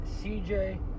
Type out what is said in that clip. CJ